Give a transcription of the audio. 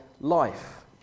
life